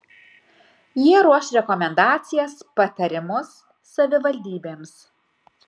jie ruoš rekomendacijas patarimus savivaldybėms